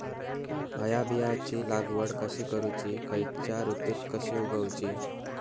हया बियाची लागवड कशी करूची खैयच्य ऋतुत कशी उगउची?